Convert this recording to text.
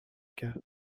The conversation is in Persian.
کرد